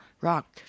rock